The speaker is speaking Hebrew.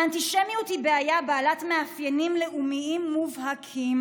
האנטישמיות היא בעיה בעלת מאפיינים לאומיים מובהקים,